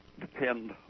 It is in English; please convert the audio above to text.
depend